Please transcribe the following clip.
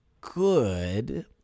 good